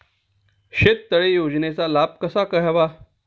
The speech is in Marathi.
शेततळे योजनेचा लाभ कसा घ्यावा?